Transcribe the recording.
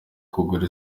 kugura